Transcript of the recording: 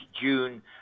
June